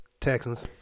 Texans